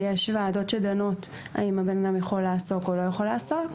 יש ועדות שדנות האם הבן אדם יכול לעסוק או לא יכול לעסוק.